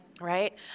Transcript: Right